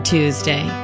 Tuesday